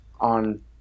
on